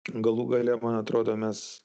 galų gale man atrodo mes